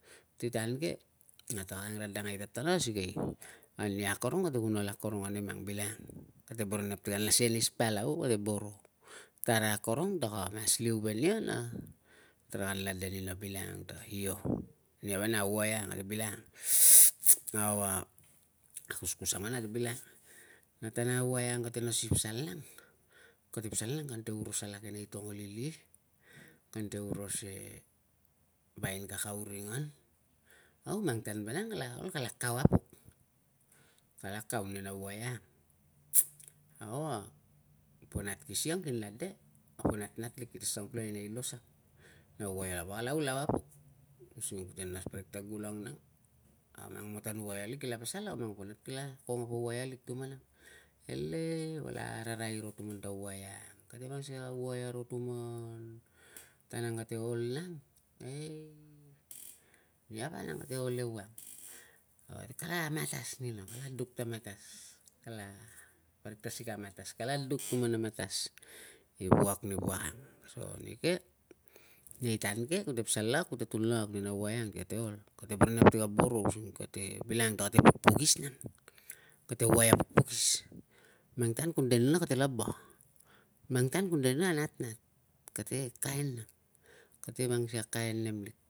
Ti tan ke, a ta ka angradangeai tatana sikei ania akorong kate kun ol akorong a nemang bilangang, kate boro i nap ti kanla senis palau, kate boro. Tara akorong taka mas liu ve nia na tara kanla de nina bilangang ta io, ninia vanang a waia ang kate bilangang. Aua akuskus ang vanang kate bilangang. Na tan ang nang a waia ang kate nas ni pasal nang, kante oros alak enei tongolili, kante oros e vainkakaoringang, au mang tan vanang kala ol kala kau apuk, kala kau ninia na waia ang, au a po nat ki siang kinla de po natnat lik kite sang pulukai nei los ang, na waia lava kala ulau apuk, using kute nas parik ta gulang nang. Amang matan waia lik kila pasal na po nat kila kong a po waia lik tuman ang. Elei vala ararai ro tuman ta waia ang. Kate mang sikei a waia ro tuman. Tan ang kate ol nang, eei nia vanang kate ol ewang a kala matas nina, kala duk ta matas, kala parik ta sikei a matas kala duk tuman na matas i wak ni wak ang. So nike nei tan ke kute pasal lak kute tun lakak ni waia ang ti ka ol, kate boro i nap ti ka boro using kate bilangang ta kate pukpukis nang, kate waia pukpukis. Mang tan ku de nina ta kate laba, mang tan ku de nina a natnat, kate kain nang. Kate mang sikei a kain nem nang